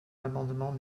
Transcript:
l’amendement